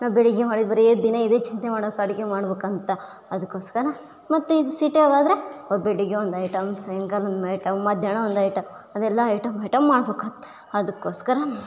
ನಾವು ಬೆಳಿಗ್ಗೆ ಮಾಡಿ ಬರೇ ದಿನ ಇದೆ ಚಿಂತೆ ಮಾಡ್ಬೇಕು ಅಡುಗೆ ಮಾಡ್ಬೇಕಂತೆ ಅದಕ್ಕೋಸ್ಕರ ಮತ್ತೆ ಇದು ಸಿಟಿಯಾಗಾದರೆ ಅವ್ರು ಬೆಳಿಗ್ಗೆ ಒಂದು ಐಟಮ್ ಸಾಯಂಕಾಲ ಒಂದು ಐಟಮ್ ಮಧ್ಯಾಹ್ನ ಒಂದು ಐಟಮ್ ಅದೆಲ್ಲ ಐಟಮ್ ಐಟಮ್ ಹಾಕಬೇಕಾತು ಅದಕ್ಕೋಸ್ಕರ